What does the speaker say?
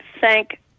thank